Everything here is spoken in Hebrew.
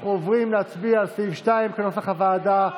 אנחנו עוברים להצביע על סעיף 2, כנוסח הוועדה.